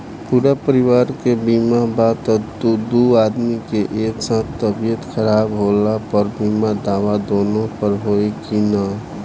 पूरा परिवार के बीमा बा त दु आदमी के एक साथ तबीयत खराब होला पर बीमा दावा दोनों पर होई की न?